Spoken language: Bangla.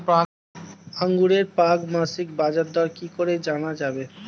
আঙ্গুরের প্রাক মাসিক বাজারদর কি করে জানা যাবে?